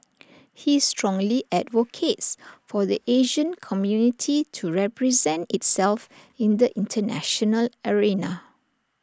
he strongly advocates for the Asian community to represent itself in the International arena